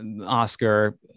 Oscar